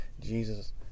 Jesus